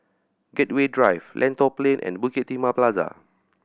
Gateway Drive Lentor Plain and Bukit Timah Plaza